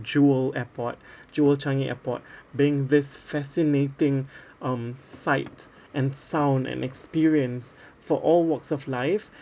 jewel airport jewel changi airport being this fascinating um sight and sound and experience for all walks of life